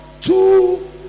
two